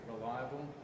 reliable